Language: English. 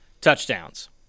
touchdowns